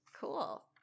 Cool